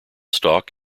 stalk